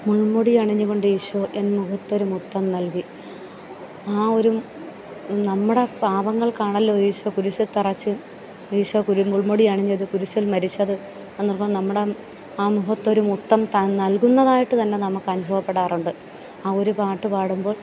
മുൾമുടി അണിഞ്ഞു കൊണ്ടീശോ എൻ മുഖത്തൊരു മുത്തം നൽകി ആ ഒരു നമ്മുടെ പാപങ്ങൾക്കാണല്ലോ ഈശോ കുരിശിൽ തറച്ച് ഈശോ മുൾമുടി അണിഞ്ഞതും കുരിശിൽ മരിച്ചത് അതൊക്കെ നമ്മുടെ ആ മുഖത്തൊരു മുത്തം നൽകുന്നതായിട്ട് തന്നെ നമുക്ക് അനുഭവപ്പെടാറുണ്ട് ആ ഒരു പാട്ട് പാടുമ്പോൾ